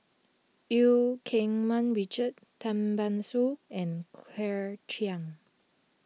Eu Keng Mun Richard Tan Ban Soon and Claire Chiang